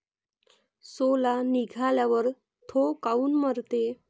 सोला निघाल्यावर थो काऊन मरते?